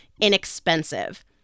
inexpensive